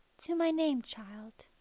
to my name-child